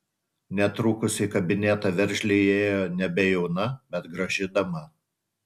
netrukus į kabinetą veržliai įėjo nebejauna bet graži dama